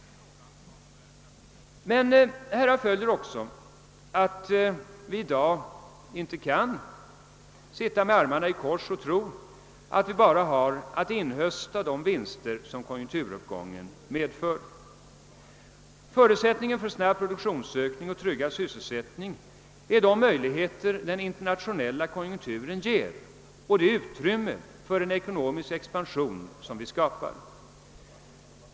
Men härav följer också att vi i dag inte kan sitta med armarna i kors i tro att vi bara har att inhösta de vinster som konjunkturuppgången medför. Förutsättningen för snabb produktionsökning och tryggad sysselsättning är de möjligheter den internationella konjunkturen ger och det utrymme för en ekonomisk expansion som vi skapar.